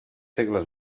segles